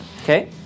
Okay